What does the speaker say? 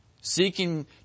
seeking